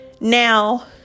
Now